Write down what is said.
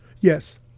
Yes